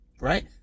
right